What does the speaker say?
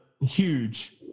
huge